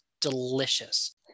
delicious